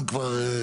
ממוקד.